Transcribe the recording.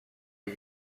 les